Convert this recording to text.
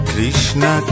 Krishna